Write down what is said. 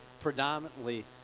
predominantly